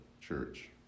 church